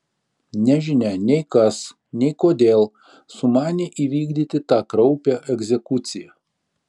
nežinia nei kas nei kodėl sumanė įvykdyti tą kraupią egzekuciją